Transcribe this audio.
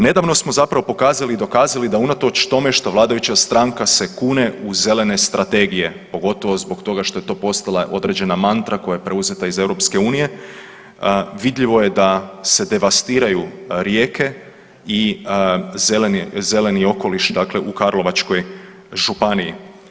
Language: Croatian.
Nedavno smo zapravo pokazali i dokazali da unatoč tome što vladajuća stranka se kune u zelene strategije pogotovo zbog toga što je to postala određena mantra koja je preuzeta iz EU vidljivo je da se devastiraju rijeke i zeleni okoliš dakle u Karlovačkoj županiji.